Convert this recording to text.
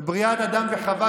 בבריאת אדם וחווה,